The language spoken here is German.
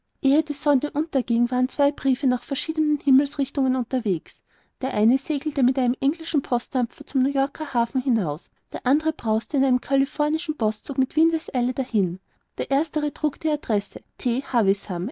die sonne unterging waren zwei briefe nach verschiedenen himmelsrichtungen unterwegs der eine segelte mit einem englischen postdampfer zum new yorker hafen hinaus der andre brauste auf einem kalifornischen postzug mit windeseile dahin der erstere trug die adresse